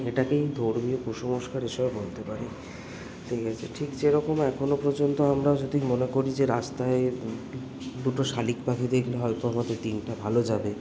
এটাকেই ধর্মীয় কুসংস্কার হিসাবে বলতে পারি ঠিক আছে ঠিক যেরকম এখনো পর্যন্ত আমরা যদি মনে করি যে রাস্তায় দুটো শালিক পাখি দেখলে হয়তো আমাদের দিনটা ভালো যাবে